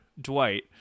Dwight